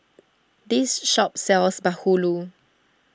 this shop sells Bahulu